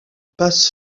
passe